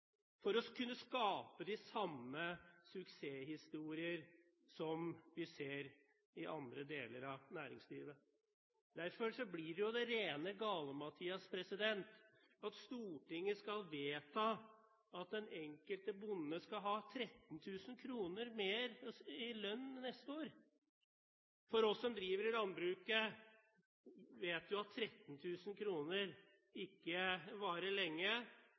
for å kunne skape de samme suksesshistorier som vi ser i andre deler av næringslivet. Derfor blir det rene galimatias at Stortinget skal vedta at den enkelte bonde skal ha 13 000 kr mer i lønn neste år. Vi som driver i landbruket, vet at 13 000 kr ikke varer lenge